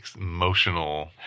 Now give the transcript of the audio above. emotional